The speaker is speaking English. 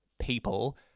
people